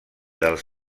dels